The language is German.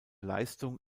leistung